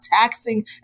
taxing